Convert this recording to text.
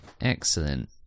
Excellent